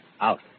out